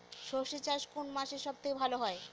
সর্ষে চাষ কোন মাসে সব থেকে ভালো হয়?